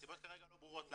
הסיבות כרגע לא ברורות לנו,